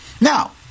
Now